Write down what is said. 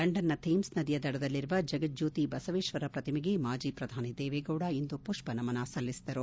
ಲಂಡನ್ನ ಕೇಮ್ವ್ ನದಿಯ ದಡದಲ್ಲಿರುವ ಜಗಜ್ಯೋತಿ ಬಸವೇಶ್ವರ ಪ್ರತಿಮೆಗೆ ಮಾಜಿ ಪ್ರಧಾನಿ ದೇವೇಗೌಡ ಇಂದು ಪುಷ್ಪನಮನ ಸಲ್ಲಿಸಿದರು